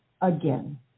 again